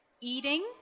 Eating